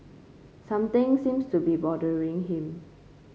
something seems to be bothering him